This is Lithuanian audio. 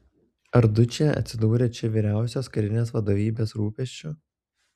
ar dučė atsidūrė čia vyriausiosios karinės vadovybės rūpesčiu